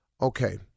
Okay